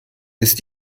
ist